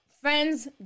friends